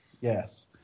Yes